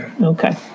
Okay